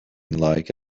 like